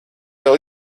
vēl